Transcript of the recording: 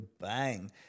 bang